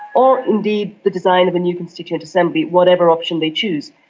or indeed the design of a new constituent assembly whatever option they choose.